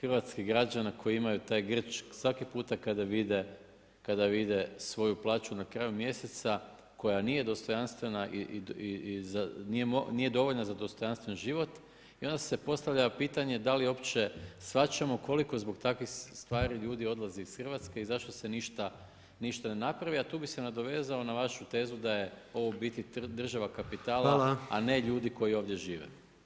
hrvatskih građana koji imaju taj grč svaki puta kada vide svoju plaću na kraju mjeseca koja nije dostojanstvena i nije dovoljna za dostojanstven život. i onda se postavlja pitanje da li uopće shvaćamo koliko zbog takvih stvari ljudi odlaze iz Hrvatske i zašto se ništa ne napravi a tu bi se nadovezao na vašu tezu da je ovo u biti država kapitala a ne ljudi koji ovdje žive.